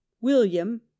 William